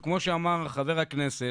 כמו שאמר חבר הכנסת,